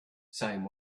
same